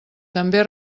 també